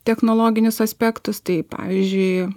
technologinius aspektus tai pavyzdžiui